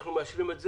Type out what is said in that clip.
אנחנו מאשרים את זה.